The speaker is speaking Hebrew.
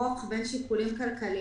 תקנות מס הכנסה (פחת מואץ בתקופת ההתמודדות עם נגיף הקורונה)